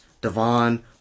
DEVON